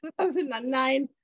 2009